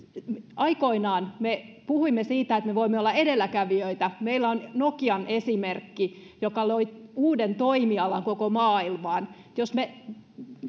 aikoinaan me puhuimme siitä että me voimme olla edelläkävijöitä meillä on nokian esimerkki joka loi uuden toimialan koko maailmaan jos me